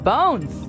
Bones